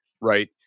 right